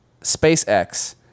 SpaceX